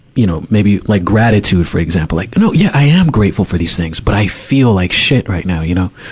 you know, maybe like gratitude for example. like, oh, no, yeah. i am grateful for these things. but i feel like shit right now, you know.